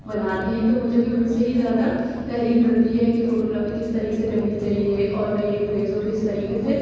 بناتے ہیں تو مجھے بھی اُن سے ہی زیادہ تحریک ملتی ہے کہ فوٹو گرافی کس طرح سے کرنی چاہیے اور نئی نئی پلیسوں کو کس طریقے سے